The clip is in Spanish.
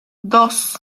dos